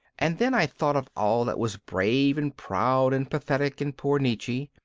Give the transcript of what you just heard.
and then i thought of all that was brave and proud and pathetic in poor nietzsche,